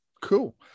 cool